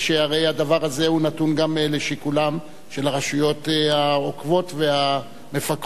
שהרי הדבר הזה נתון גם לשיקולן של הרשויות העוקבות והמפקחות.